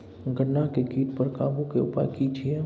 गन्ना के कीट पर काबू के उपाय की छिये?